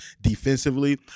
defensively